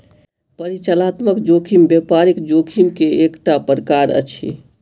परिचालनात्मक जोखिम व्यापारिक जोखिम के एकटा प्रकार अछि